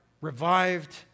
revived